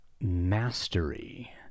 mastery